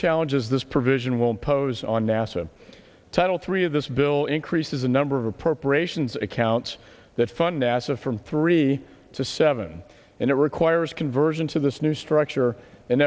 challenges this provision will pose on nasa title three of this bill increases the number of appropriations accounts that fund nasa from three to seven and it requires conversion to this new structure and